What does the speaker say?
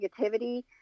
negativity